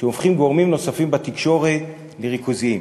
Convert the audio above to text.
שהופכים גורמים נוספים בתקשורת לריכוזיים.